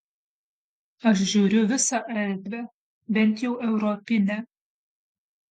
aš žiūriu visą erdvę bent jau europinę